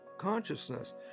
consciousness